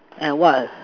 and what